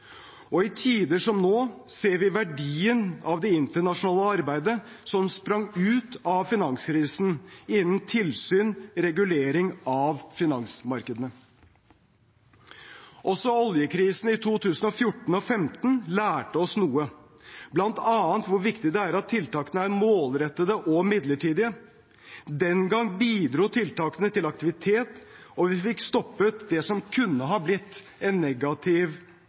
og i tider som nå ser vi verdien av det internasjonale arbeidet som sprang ut av finanskrisen, innen tilsyn og regulering av finansmarkedene. Også oljekrisen i 2014–2015 lærte oss noe, bl.a. hvor viktig det er at tiltakene er målrettede og midlertidige. Den gang bidro tiltakene til aktivitet og til at vi fikk stoppet det som kunne ha blitt en negativ